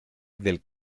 del